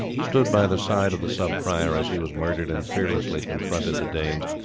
stood by the side of the sub-prior as he was murdered and fearlessly confronted the danes,